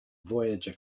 voyager